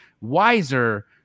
wiser